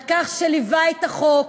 על כך שליווה את החוק